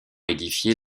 édifiée